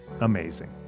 Amazing